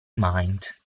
mind